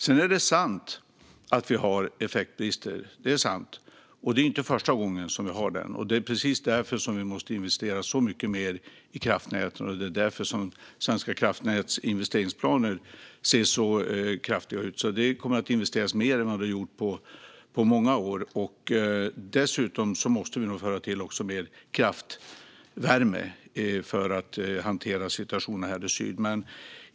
Sedan är det sant att vi har effektbrister, och det är inte första gången. Det är precis därför vi måste investera mycket mer i kraftnäten, och det är därför Svenska kraftnäts investeringsplaner är så omfattande. Det kommer att investeras mer än på många år. Dessutom måste vi nog tillföra mer kraftvärme för att hantera situationen i syd.